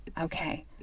Okay